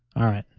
all right.